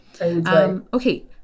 Okay